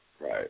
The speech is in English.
Right